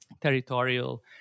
territorial